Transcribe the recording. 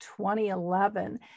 2011